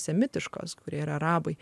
semitiškos kurie yra arabai